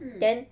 mm